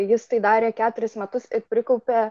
jis tai darė keturis metus ir prikaupė